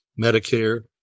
Medicare